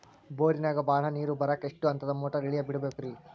ಬೋರಿನಾಗ ಬಹಳ ನೇರು ಬರಾಕ ಎಷ್ಟು ಹಂತದ ಮೋಟಾರ್ ಇಳೆ ಬಿಡಬೇಕು ರಿ?